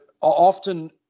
often